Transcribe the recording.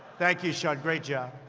thank you, shawn. great job.